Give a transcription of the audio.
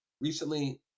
Recently